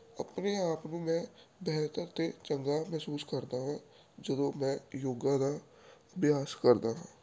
ਆਪਣੇ ਆਪ ਨੂੰ ਮੈਂ ਬਿਹਤਰ ਅਤੇ ਚੰਗਾ ਮਹਿਸੂਸ ਕਰਦਾ ਹਾਂ ਜਦੋਂ ਮੈਂ ਯੋਗਾ ਦਾ ਅਭਿਆਸ ਕਰਦਾ ਹਾਂ